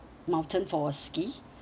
mountain for ski